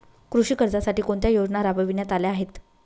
कृषी कर्जासाठी कोणत्या योजना राबविण्यात आल्या आहेत?